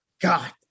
god